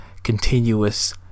continuous